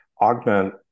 Augment